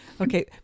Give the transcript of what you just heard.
Okay